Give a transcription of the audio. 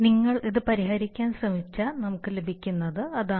നിങ്ങൾ ഇത് പരിഹരിക്കാൻ ശ്രമിച്ചാൽ നമുക്ക് ലഭിക്കുന്നത് അതാണ്